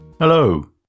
Hello